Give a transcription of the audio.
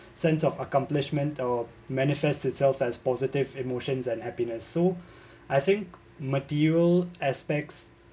sense of accomplishment or manifests itself as positive emotions and happiness so I think material aspects